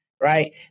Right